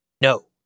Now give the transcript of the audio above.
No